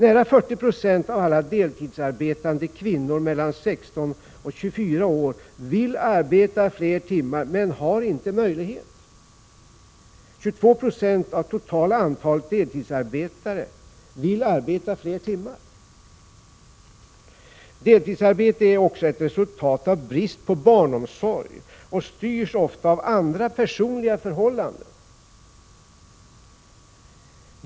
Nära 40 96 av alla deltidsarbetande kvinnor mellan 16 och 24 år vill arbeta fler timmar men har inte möjlighet. 22 96 av det totala antalet deltidsarbetare vill arbeta fler timmar. Deltidsarbete är också ett resultat av brist på barnomsorg och styrs ofta av andra personliga förhållanden.